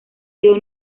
sido